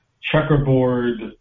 checkerboard